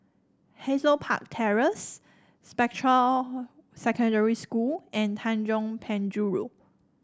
Hazel Park Terrace Spectra Secondary School and Tanjong Penjuru